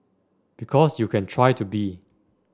because you can try to be